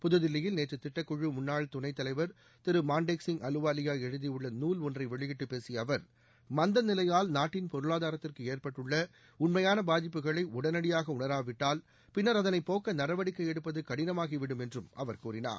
புதுதில்லியில் நேற்று திட்டக்குழு முன்னாள் துணைத்தலைவர் திரு மாண்டேக் சிங் அலுவாலியா எழுதியுள்ள நூல் ஒன்றை வெளியிட்டு பேசிய அவர் மந்த நிலையால் நாட்டின் பொருளாதாரத்திற்கு ஏற்பட்டுள்ள உண்மையான பாதிப்புகளை உடனடியாக உணராவிட்டால் பின்னர் அதனை போக்க நடவடிக்கை எடுப்பது கடினமாக ஆகிவிடும் என்றும் கூறினார்